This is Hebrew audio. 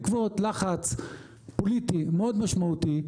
בעקבות לחץ פוליטי מאוד משמעותי,